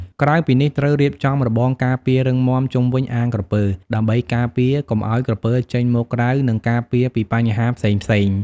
ក្រៅពីនេះត្រូវរៀបចំរបងការពាររឹងមាំជុំវិញអាងក្រពើ ដើម្បីការពារកុំឲ្យក្រពើចេញមកក្រៅ និងការពារពីបញ្ហាផ្សេងៗ។